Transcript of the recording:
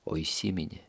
o įsiminė